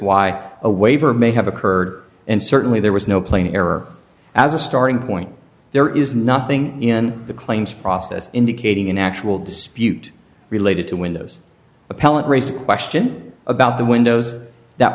why a waiver may have occurred and certainly there was no plain error as a starting point there is nothing in the claims process indicating an actual dispute related to windows appellant raised a question about the windows that